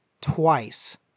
twice